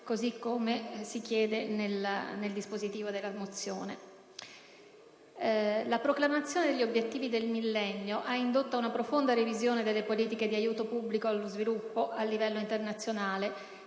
così come si chiede nel dispositivo della mozione. La proclamazione degli Obiettivi del Millennio ha indotto ad una profonda revisione delle politiche di aiuto pubblico allo sviluppo a livello internazionale,